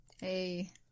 Hey